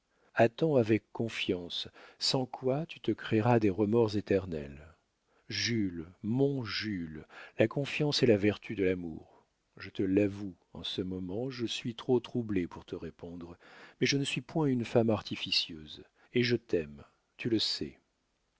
attends avec confiance sans quoi tu te créeras des remords éternels jules mon jules la confiance est la vertu de l'amour je te l'avoue en ce moment je suis trop troublée pour te répondre mais je ne suis point une femme artificieuse et je t'aime tu le sais